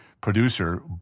producer